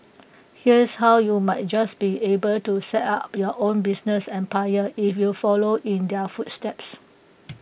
here's how you might just be able to set up your own business empire if you follow in their footsteps